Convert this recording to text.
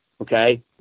Okay